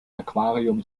aquarium